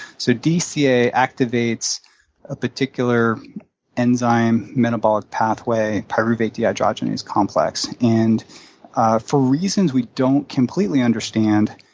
so dca activates a particular enzyme metabolic pathway, pyruvate dehydrogenase complex, and for reasons we don't completely understand,